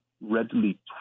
readily